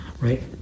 right